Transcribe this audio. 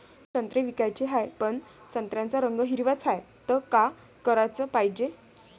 संत्रे विकाचे हाये, पन संत्र्याचा रंग हिरवाच हाये, त का कराच पायजे?